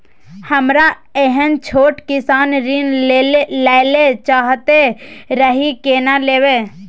हमरा एहन छोट किसान ऋण लैले चाहैत रहि केना लेब?